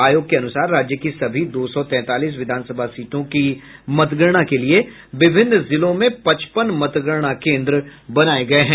आयोग के अनुसार राज्य की सभी दो सौ तैंतालीस विधानसभा सीटों की मतगणना के लिये विभिन्न जिलों में पचपन मतगणना केंद्र बनाये गये हैं